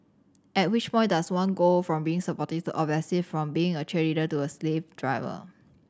at which point does one go from being supportive to obsessive from being a cheerleader to a slave driver